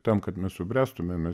tam kad mes subręstume mes